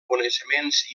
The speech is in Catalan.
coneixements